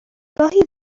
گاهی